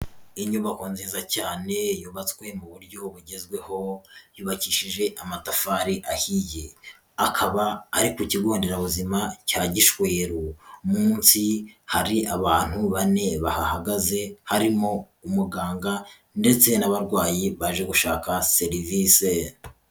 Inyubako nziza cyane yubatswe mu buryo bugezweho yubakishije amatafari ahiye, akaba ari ku kigo nderabuzima cya Gishweru, munsi hari abantu bane bahahagaze harimo umuganga ndetse n'abarwayi baje gushaka serivise.